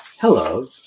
hello